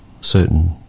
certain